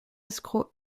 escrocs